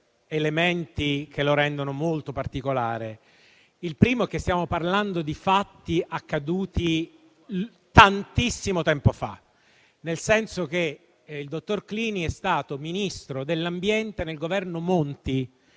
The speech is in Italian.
elementi che lo rendono molto particolare. Il primo elemento è che stiamo parlando di fatti accaduti tantissimo tempo fa, nel senso che il dottor Clini è stato Ministro dell'ambiente nel Governo Monti,